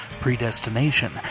Predestination